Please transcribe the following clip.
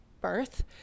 birth